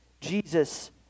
Jesus